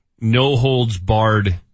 no-holds-barred